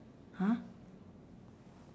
!huh!